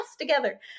together